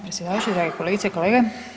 predsjedavajući, drage kolegice i kolege.